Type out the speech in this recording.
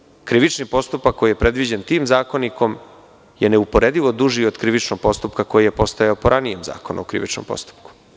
Istine radi, krivični postupak koji je predviđen tim zakonikom je neuporedivo duži od krivičnog postupka koji je postojao po ranijem Zakonu o krivičnom postupku.